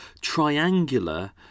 triangular